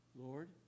Lord